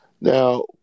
Now